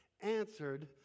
answered